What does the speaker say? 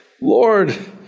Lord